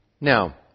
Now